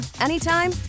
anytime